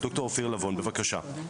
בבקשה.